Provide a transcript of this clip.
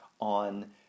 on